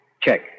Check